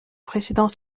précédent